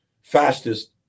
fastest